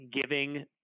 giving